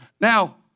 Now